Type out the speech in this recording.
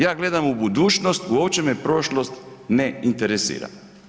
Ja gledam u budućnost, uopće me prošlost ne interesira.